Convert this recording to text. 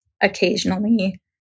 occasionally